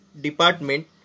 Department